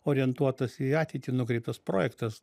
orientuotas į ateitį nukreiptas projektas